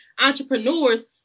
entrepreneurs